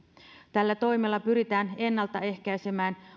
tällä toimella pyritään ennalta ehkäisemään